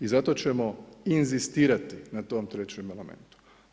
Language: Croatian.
I zato ćemo inzistirati na tom trećem elementu.